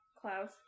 Klaus